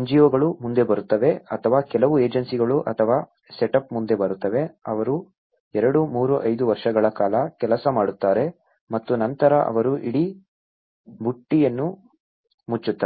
NGO ಗಳು ಮುಂದೆ ಬರುತ್ತವೆ ಅಥವಾ ಕೆಲವು ಏಜೆನ್ಸಿಗಳು ಅಥವಾ ಸೆಟಪ್ ಮುಂದೆ ಬರುತ್ತವೆ ಅವರು 2 3 5 ವರ್ಷಗಳ ಕಾಲ ಕೆಲಸ ಮಾಡುತ್ತಾರೆ ಮತ್ತು ನಂತರ ಅವರು ಇಡೀ ಬುಟ್ಟಿಯನ್ನು ಮುಚ್ಚುತ್ತಾರೆ